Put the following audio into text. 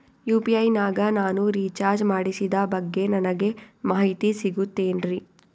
UPI ನಾಗ ನಾನು recharge ಮಾಡಿಸಿದ ಬಗ್ಗೆ ನನಗೆ ಮಾಹಿತಿ ಸಿಗುತೇನ್ರೀ?